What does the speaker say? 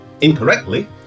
incorrectly